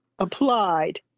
applied